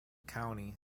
county